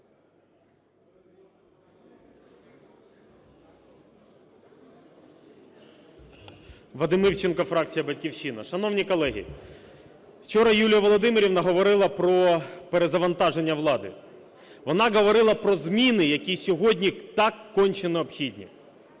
Вадим Івченко, фракція "Батьківщина". Шановні колеги, вчора Юлія Володимирівна говорила про перезавантаження влади. Вона говорила про зміни, які сьогодні так конче необхідні.